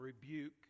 rebuke